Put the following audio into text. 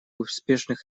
успешных